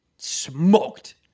smoked